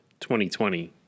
2020